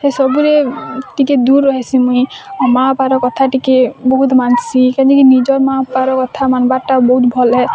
ସେ ସବୁରେ ଟିକେ ଦୂର୍ ରହେସି ମୁଇଁ ଆଉ ମାଆ ବାପାର କଥା ଟିକେ ବହୁତ ମାନ୍ସି କେଜି କି ନିଜ ମାଆ ବାପାର କଥା ମାନବାର୍ ଟା ବହୁତ ଭଲ୍ ହେ